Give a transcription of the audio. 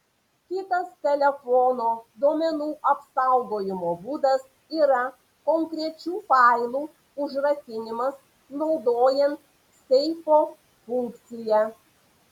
kitas telefono duomenų apsaugojimo būdas yra konkrečių failų užrakinimas naudojant seifo funkciją